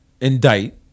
indict